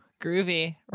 Groovy